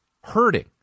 hurting